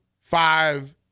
five